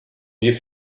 wir